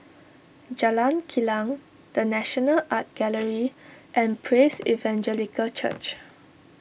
Jalan Kilang the National Art Gallery and Praise Evangelical Church